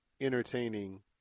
entertaining